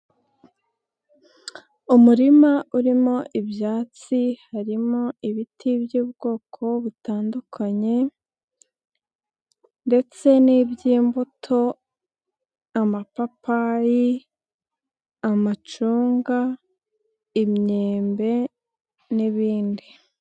Umurima urimo ibyatsi, harimo ibiti by'ubwoko butandukanye ndetse n'iby'imbuto, amapapayi, amacunga, imyembe n'ibindi.